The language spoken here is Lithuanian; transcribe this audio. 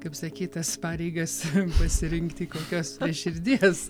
kaip sakyt tas pareigas pasirinkti kokios prie širdies